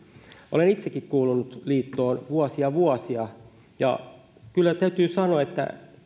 olen itsekin kuulunut liittoon vuosia vuosia ja kyllä täytyy sanoa että